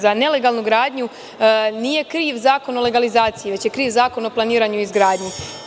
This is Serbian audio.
Za nelegalnu gradnju nije kriv Zakon o legalizaciji, već je kriv Zakon o planiranju i izgradnji.